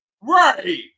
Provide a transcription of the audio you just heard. Right